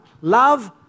Love